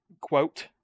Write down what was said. quote